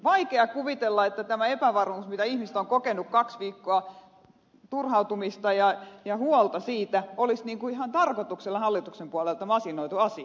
vaikea kuvitella että tämä epävarmuus mitä ihmiset ovat kokeneet kaksi viikkoa turhautuminen ja huoli ei olisi ihan tarkoituksella hallituksen puolelta masinoitu asia